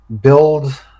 build